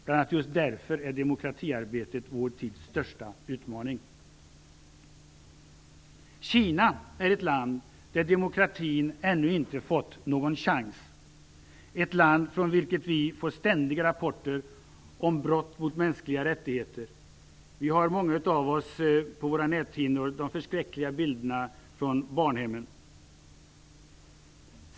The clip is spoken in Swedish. Bl.a. just därför är demokratiarbetet vår tids största utmaning. Kina är ett land där demokratin ännu inte fått någon chans och ett land från vilket vi får ständiga rapporter om brott mot mänskliga rättigheter. Många av oss har på våra näthinnor de förskräckliga bilderna från barnhemmen.